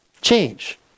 change